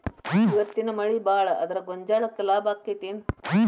ಇವತ್ತಿನ ಮಳಿ ಭಾಳ ಆದರ ಗೊಂಜಾಳಕ್ಕ ಲಾಭ ಆಕ್ಕೆತಿ ಏನ್?